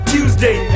Tuesday